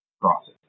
process